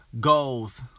goals